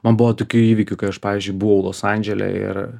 man buvo tokių įvykių kai aš pavyzdžiui buvau los andžele ir